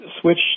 switch